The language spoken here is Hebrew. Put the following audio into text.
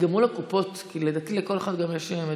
גם מול הקופות, כי לדעתי, לכל אחת יש מדיניות.